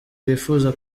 bifuza